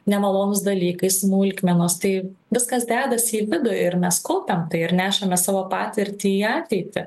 nemalonūs dalykai smulkmenos tai viskas dedasi į vidų ir mes kaupiam tai ir nešamės savo patirtį į ateitį